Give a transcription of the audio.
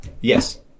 Yes